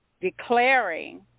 declaring